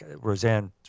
Roseanne